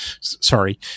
sorry